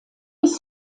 bis